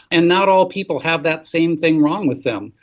and not all people have that same thing wrong with them.